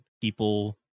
people